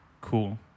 cool